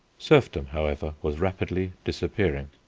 serfdom, however, was rapidly disappearing.